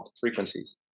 frequencies